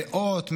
מאות,